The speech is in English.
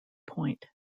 point